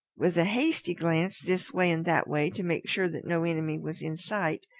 with a hasty glance this way and that way to make sure that no enemy was in sight,